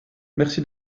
merci